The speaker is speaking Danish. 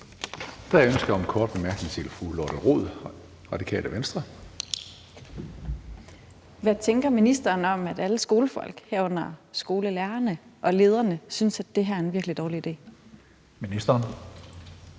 Hvad tænker ministeren om, at alle skolefolk, herunder skolelærerne og skolelederne, synes, at det her er en virkelig dårlig idé? Kl.